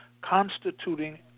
constituting